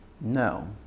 no